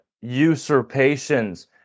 usurpations